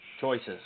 Choices